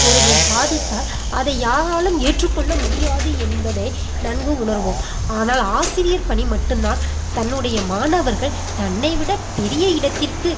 ஒருவர் சாதித்தால் அதை யாராலும் ஏற்றுக்கொள்ள முடியாது என்பதே நன்கு உணர்வோம் ஆனால் ஆசிரியர் பணி மட்டும் தான் தன்னுடைய மாணவர்கள் தன்னை விட பெரிய இடத்திற்கு